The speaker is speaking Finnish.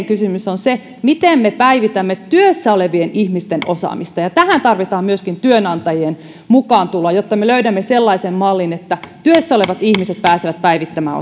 kysymys on se miten me päivitämme työssä olevien ihmisten osaamista ja tähän tarvitaan myöskin työnantajien mukaantuloa jotta me löydämme sellaisen mallin että työssä olevat ihmiset pääsevät päivittämään